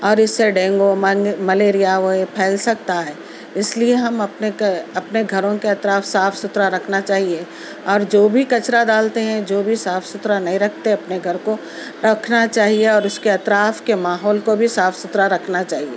اور اس سے ڈینگو ملیریا وہی پھیل سکتا ہے اس لیے ہم اپنے اپنے گھروں کے اطراف صاف ستھرا رکھنا چاہیے اور جو بھی کچرا ڈالتے ہیں جو بھی صاف ستھرا نہیں رکھتے اپنے گھر کو رکھنا چاہیے اور اس کے اطراف کے ماحول کو بھی صاف ستھرا رکھنا چاہیے